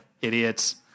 idiots